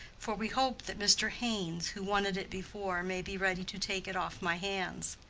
for we hope that mr. haynes, who wanted it before, may be ready to take it off my hands.